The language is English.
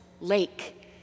lake